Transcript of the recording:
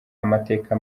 amateka